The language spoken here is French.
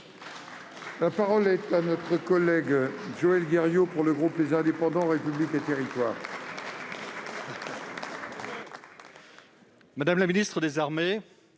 La parole est à M. Joël Guerriau, pour le groupe Les Indépendants - République et Territoires.